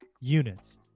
units